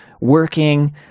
working